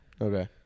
Okay